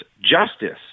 Justice